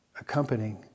accompanying